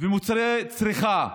מוצרי צריכה,